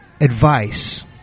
advice